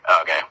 Okay